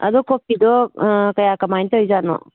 ꯑꯗꯣ ꯀꯣꯐꯤꯗꯣ ꯀꯌꯥ ꯀꯃꯥꯏꯅ ꯇꯧꯔꯤꯖꯥꯠꯅꯣ